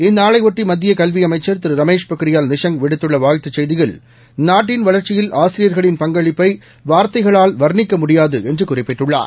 இந்நாளையொட்டி மத்திய கல்வி அமைச்ச் திரு ரமேஷ் பொகியால் நிஷாங் விடுத்துள்ள வாழ்த்துச் செய்தியில் நாட்டின் வளர்ச்சியில் ஆசிரியர்களின் பங்களிப்பை வார்த்தைகளால் வர்ணிக்க முடியாது என்று குறிப்பிட்டுள்ளார்